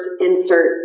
insert